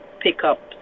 pickup